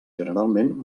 generalment